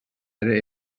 ere